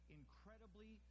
incredibly